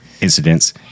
incidents